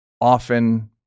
often